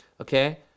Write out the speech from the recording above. okay